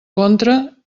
contra